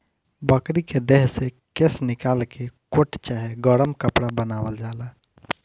बकरी के देह से केश निकाल के कोट चाहे गरम कपड़ा बनावल जाला